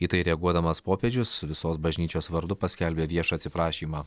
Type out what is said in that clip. į tai reaguodamas popiežius visos bažnyčios vardu paskelbė viešą atsiprašymą